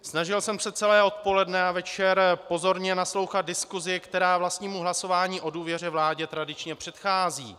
Snažil jsem se celé odpoledne a večer pozorně naslouchat diskusi, která vlastnímu hlasování o důvěře vládě tradičně předchází.